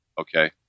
Okay